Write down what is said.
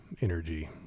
energy